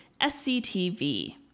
SCTV